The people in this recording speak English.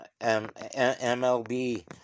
MLB